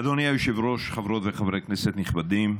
אדוני היושב-ראש, חברות וחברי כנסת נכבדים,